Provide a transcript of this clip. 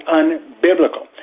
unbiblical